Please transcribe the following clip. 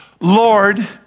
Lord